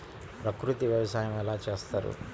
ప్రకృతి వ్యవసాయం ఎలా చేస్తారు?